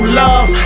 love